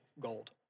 gold